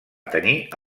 tenir